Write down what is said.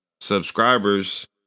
subscribers